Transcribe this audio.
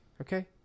okay